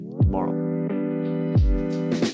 tomorrow